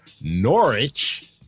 Norwich